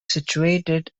situated